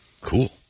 Cool